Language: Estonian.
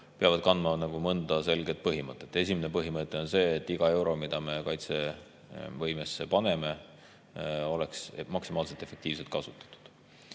peavad kandma paari selget põhimõtet. Esimene põhimõte on see, et iga euro, mille me kaitsevõimesse paneme, oleks maksimaalselt efektiivselt kasutatud.